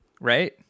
right